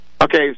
Okay